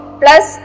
plus